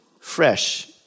fresh